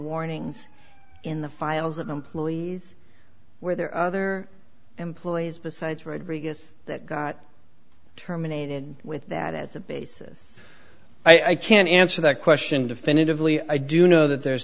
warnings in the files of employees were there other employees besides rodriguez that got terminated with that as a basis i can't answer that question definitively i do know that there's